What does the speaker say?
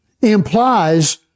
implies